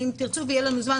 אם תרצו יהיה לנו זמן,